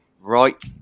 right